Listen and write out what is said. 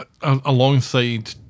Alongside